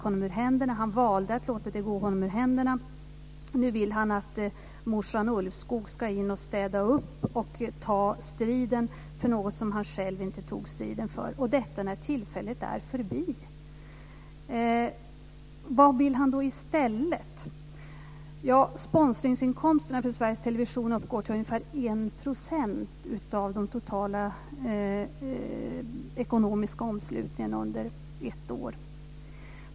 Han valde att låta tillfället gå honom ur händerna. Nu vill han att morsan Ulvskog ska in och städa upp och ta striden för något som han själv inte tog striden för, och detta när tillfället är förbi. Vad vill han då i stället? Sponsringsinkomsterna för Sveriges Television uppgår till ungefär 1 % av den totala ekonomiska omslutningen under ett år.